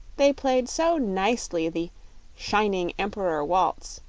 they played so nicely the shining emperor waltz,